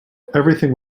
everything